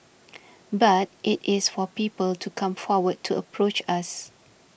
but it is for people to come forward to approach us